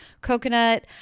coconut